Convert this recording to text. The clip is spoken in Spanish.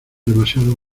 demasiado